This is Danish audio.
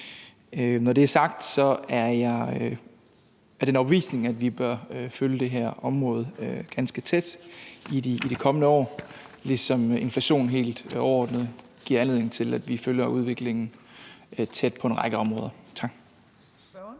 Når det er sagt, er jeg af den overbevisning, at vi bør følge det her område ganske tæt i de kommende år, ligesom inflationen helt overordnet giver anledning til, at vi følger udviklingen tæt på en række områder. Tak.